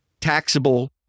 taxable